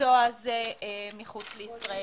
במקצוע הזה מחוץ לישראל.